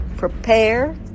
Prepare